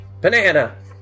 Banana